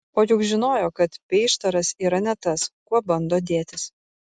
o juk žinojo kad peištaras yra ne tas kuo bando dėtis